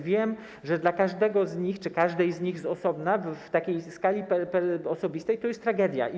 Wiem, że dla każdego z nich, czy każdej z nich z osobna, w skali osobistej to jest tragedia.